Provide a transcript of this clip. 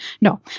No